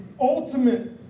ultimate